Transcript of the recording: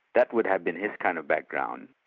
that would have been his kind of background.